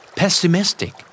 pessimistic